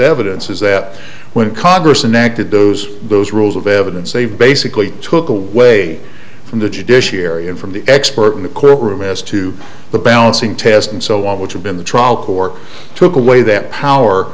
evidence is that when congress and acted those those rules of evidence they've basically took away from the judiciary and from the expert in the cloak room as to the balancing test and so on which have been the trial court took away that power